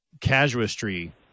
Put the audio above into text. casuistry